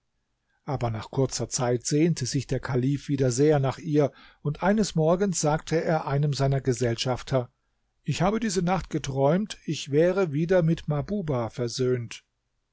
aber nach kurzer zeit sehnte sich der kalif wieder sehr nach ihr und eines morgens sagte er einem seiner gesellschafter ich habe diese nacht geträumt ich wäre wieder mit mahbubah versöhnt